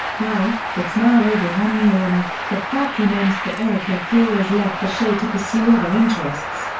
well, it's now over one year and, the fact remains that erika flores left the show to pursue other interests.